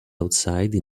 outside